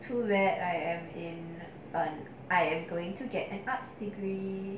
to where I am in I am going to get an arts degree